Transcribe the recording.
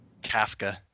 kafka